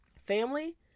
Family